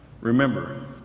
remember